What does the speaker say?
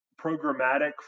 programmatic